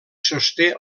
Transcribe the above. sosté